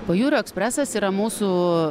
pajūrio ekspresas yra mūsų